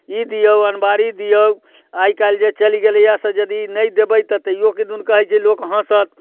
ई दियौ अलमारी दियौ आइ काल्हि जे चलि गेलैया से यदि नहि देबै तऽ तहियो किदुन कहैत छै लोक हँसत